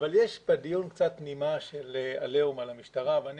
אבל יש בדיון קצת נימה של עליהום על המשטרה ואני